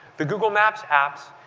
the google maps apps,